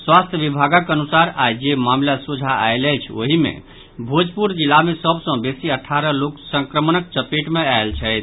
स्वास्थ्य विभागक अनुसार आइ जे मामिला सोझा आयल अछि ओहि मे भोजपुर जिला मे सभ सॅ बेसी अठारह लोक संक्रमणक चपेट मे आयल छथि